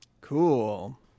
Cool